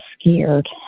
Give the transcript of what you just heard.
scared